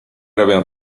robią